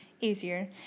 easier